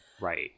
right